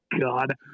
God